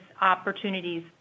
opportunities